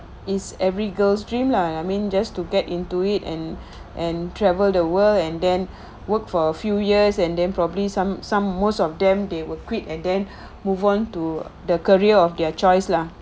is every girl's dream lah I mean just to get into it and and travel the world and then work for a few years and then probably some some most of them they will quit and then move on to the career of their choice lah